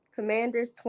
Commanders